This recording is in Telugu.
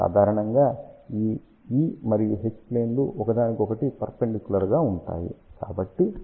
సాధారణంగా ఈ E మరియు H ప్లేన్ లు ఒకదానికొకటి పర్పెండిక్యులర్ గా ఉంటాయి